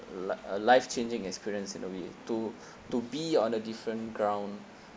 li~ a life changing experience in a way to to be on a different ground